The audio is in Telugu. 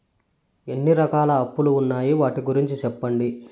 ఎన్ని రకాల అప్పులు ఉన్నాయి? వాటి గురించి సెప్పండి?